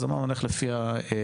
אז אמרנו נלך לפי הגילאים.